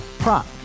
Prop